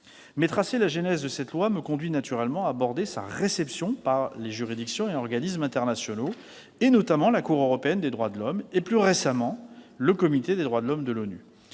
Mais tracer la genèse de cette loi me conduit naturellement à aborder sa réception par les juridictions et organismes internationaux, notamment la Cour européenne des droits de l'homme et, plus récemment, le Comité des droits de l'homme de l'ONU.